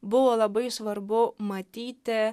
buvo labai svarbu matyti